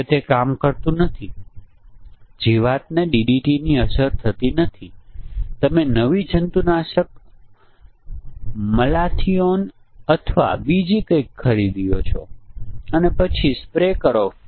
તેથી આપણે મૂલ્યોની જોડી મેળવીએ છીએ અથવા બધા સંભવિત સંયોજનો પેદા કરવા માટે આપણે અહીં વધારાની પંક્તિઓ દાખલ કરી શકીએ છીએ